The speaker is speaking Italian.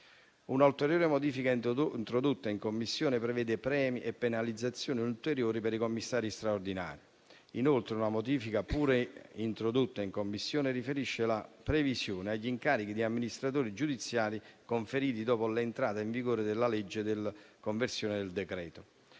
Un'altra modifica introdotta in Commissione prevede premi e penalizzazioni ulteriori per i commissari straordinari. Inoltre, una modifica pure introdotta in Commissione riferisce la previsione agli incarichi di amministratori giudiziari conferiti dopo l'entrata in vigore della legge di conversione del decreto-legge.